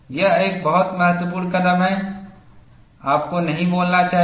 यह एक बहुत महत्वपूर्ण कदम है आपको नहीं बोलना चाहिए